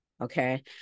Okay